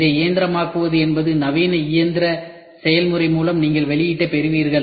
அதை இயந்திரமயமாக்குவது என்பது நவீன எந்திர செயல்முறை மூலம் நீங்கள் வெளியீட்டைப் பெறுவீர்கள்